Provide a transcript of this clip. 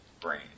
brain